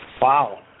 Wow